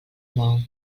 mou